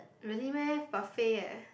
really meh buffet leh